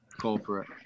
corporate